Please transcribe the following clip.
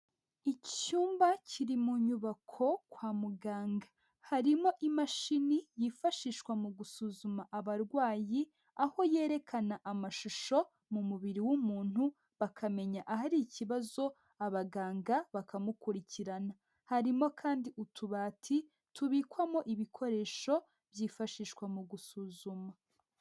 Icyumba kiri mu nyubako kwa muganga, harimo imashini yifashishwa mu gusuzuma abarwayi, aho yerekana amashusho mu mubiri w'umuntu bakamenya ahari ikibazo abaganga bakamukurikirana, harimo kandi utubati tubikwamo ibikoresho byifashishwa mu gusuzuma.